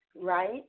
right